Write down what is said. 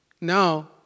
Now